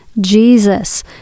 Jesus